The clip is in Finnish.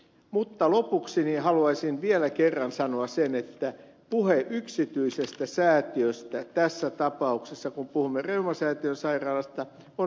mutta lopuksi haluaisin vielä kerran sanoa sen että puhe yksityisestä säätiöstä tässä tapauksessa kun puhumme reumasäätiön sairaalasta on harhaanjohtavaa